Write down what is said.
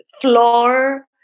floor